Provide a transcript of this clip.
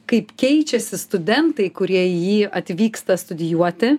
kaip keičiasi studentai kurie į jį atvyksta studijuoti